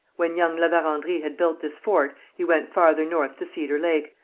when young la verendrye had built this fort, he went farther north to cedar lake,